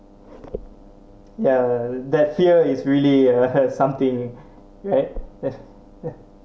ya that fear is really uh something right